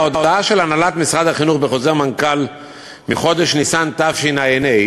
ההודעה של הנהלת משרד החינוך בחוזר מנכ"ל מחודש ניסן תשע"ה,